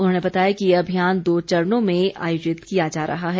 उन्होंने बताया कि ये अभियान दो चरणों में आयोजित किया जा रहा है